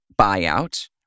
buyout